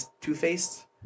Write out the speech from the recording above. two-faced